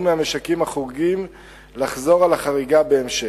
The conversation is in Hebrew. מהמשקים החורגים לחזור על החריגה בהמשך.